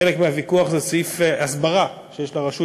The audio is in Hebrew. חלק מהוויכוח זה סעיף הסברה שיש לרשות,